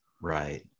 Right